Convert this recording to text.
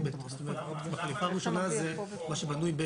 מה שבנוי?